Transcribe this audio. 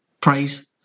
praise